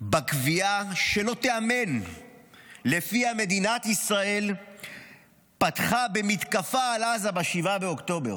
בקביעה שלא תיאמן uלפיה מדינת ישראל פתחה במתקפה על עזה ב-7 באוקטובר,